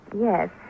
Yes